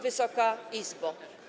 Wysoka Izbo!